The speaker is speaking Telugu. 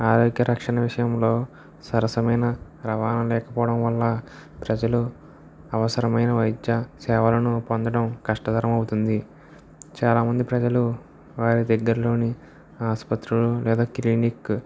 ఆరోగ్య రక్షణ విషయంలో సరసమైన రవాణా లేకపోవడం వల్ల ప్రజలు అవసరమైన వైద్య సేవలను పొందడం కష్టతరమవుతుంది చాలామంది ప్రజలు వారి దగ్గరలోని ఆసుపత్రులు లేదా క్లినిక్